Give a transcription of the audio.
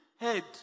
head